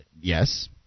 Yes